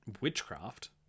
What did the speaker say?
witchcraft